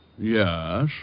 Yes